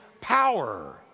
power